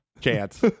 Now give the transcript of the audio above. chance